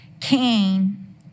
Cain